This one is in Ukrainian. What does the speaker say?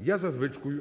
Я за звичкою